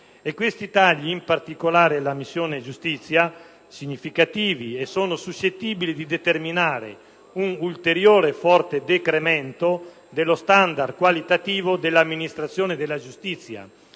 significativo la missione Giustizia e che sono suscettibili di determinare un ulteriore forte decremento dello standard qualitativo dell'amministrazione della giustizia,